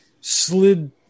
slid